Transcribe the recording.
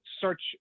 search